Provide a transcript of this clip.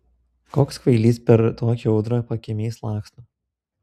koks kvailys per tokią audrą pakiemiais laksto